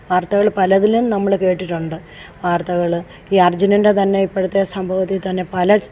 വാർത്തകൾ പലതിനും നമ്മൾ കേട്ടിട്ടുണ്ട് വാർത്തകൾ ഈ അർജുനൻ്റെ തന്നെ ഇപ്പോഴത്തെ സംഭവത്തിൽ തന്നെ പല ച്